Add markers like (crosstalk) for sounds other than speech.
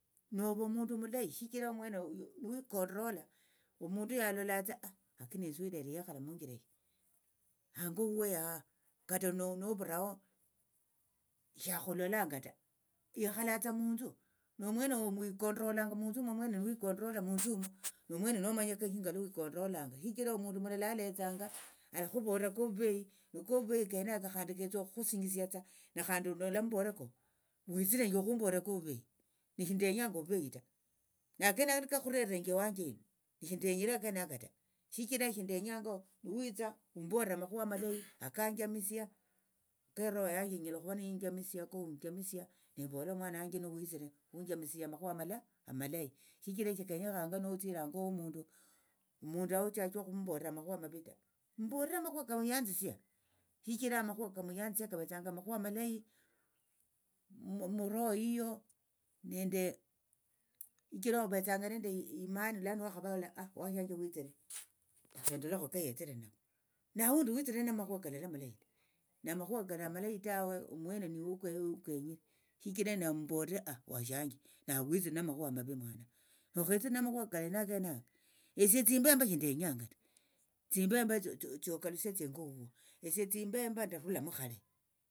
Novo omundu omulayi shichira omwene nuwikondrola omundu uyu alolatsa (hesitation) aknesi huno lero yekhala munjira shi hango huwe yaha kata noviraho shakhulolanga ta yekhalatsa munthu nomwene wikondrolanga munthu omo omwene niwikondrola munthu omu nomwene nomanyire shinga luwikondrolanga shichira omundu mulala aletsanga alakhuvolera kovuvehi nokovuvehi kanaka khandi ketsa okhusinyisiatsa nekhandi olamumbolera ko witsirenje okhumbolera kovuveyi nishindenyanga ovuveyi taken nakenako niko kakhurerenje iwanje ino shindenyire akenaka ta shichira shindenyanga wetsa humbolira amakhuwa amalayi akanjamisia keroho yanje inyala okhuva niinjamisia kohunjamisia nembola omwana wanje huno hunjamisie amakhuwa amalayi muroho yiyo nende shichira ovetsanga nende imani lano wakhavola (hesitation) owashanje wetsire lakha endolekho lakha endolekho keyetserekho nako naundi witsire namakhuwa kalali amalayi ta namakhuwa kali amalayi tawe omwene niwe uke ukenyire shichira nambolera washanje nawe witsire namakhuwa amavi muana nokhetsire namakhuva kalena akenako esie tsimbemba shindenyanga ta tsimbemba tsio okalusietha ingo huo esie tsimbemba ndarulamo khale.